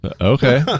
Okay